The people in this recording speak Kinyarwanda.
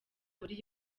buri